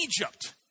Egypt